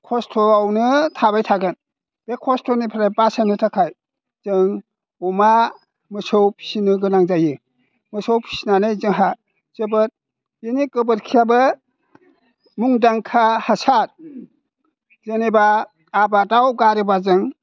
खस्थ'आवनो थाबाय थागोन बे खस्थ'निफ्राय बासायनो थाखाय जों अमा मोसौ फिसिनो गोनां जायो मोसौ फिसिनानै जोंहा जोबोद बिनि गोबोरखियाबो मुंदांखा हासार जेनेबा आबादाव गारोब्ला जों